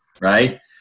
right